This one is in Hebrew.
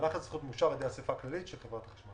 המהלך הזה צריך להיות מאושר על-ידי האסיפה הכללית של חברת החשמל.